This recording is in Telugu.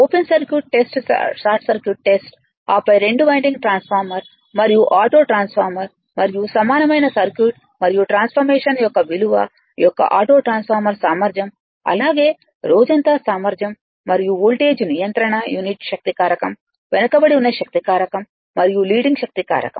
open circuit test short circuit test ఆపై 2 వైండింగ్ ట్రాన్స్ఫార్మర్ మరియు ఆటోట్రాన్స్ఫార్మర్ మరియు సమానమైన సర్క్యూట్ మరియు ట్రాన్స్ఫర్మేషన్ యొక్క విలువ యొక్క ఆటో ట్రాన్స్ఫార్మర్ సామర్థ్యం అలాగే రోజంతా సామర్థ్యం మరియు వోల్టేజ్ నియంత్రణ యూనిటీ శక్తి కారకం వెనుకబడి ఉన్న శక్తి కారకం మరియు లీడింగ్ శక్తి కారకం